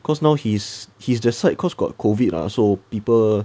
cause now his his that side now cause got COVID ah so now people